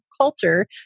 culture